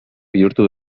bihurtu